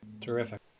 Terrific